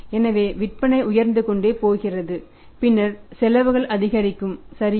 எனவே விற்பனை உயர்ந்து கொண்டே போகிறது பின்னர் செலவுகள் அதிகரிக்கும் சரியா